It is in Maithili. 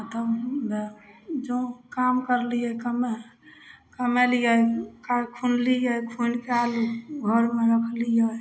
आ तब जँ काम करलियै कमे कमेलियै कर खुनलियै खुनिके आलू घरमे रखलियै